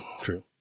True